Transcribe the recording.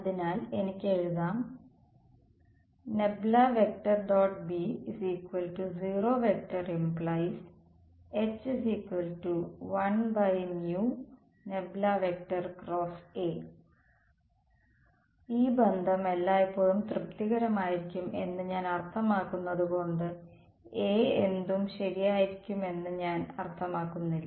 അതിനാൽ എനിക്ക് എഴുതാം ഈ ബന്ധം എല്ലായ്പ്പോഴും തൃപ്തികരമായിരിക്കും എന്ന് ഞാൻ അർത്ഥമാക്കുന്നത് കൊണ്ട് A എന്തും ശരിയായിരിക്കുമെന്ന് ഞാൻ അർത്ഥമാക്കുന്നില്ല